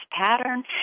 pattern